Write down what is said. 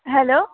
hello